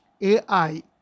AI